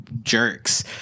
jerks